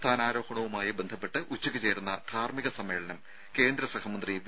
സ്ഥാനാരോഹണവുമായി ബന്ധപ്പെട്ട് ഉച്ചയ്ക്ക് ചേരുന്ന ധാർമ്മിക സമ്മേളനം കേന്ദ്രസഹമന്ത്രി വി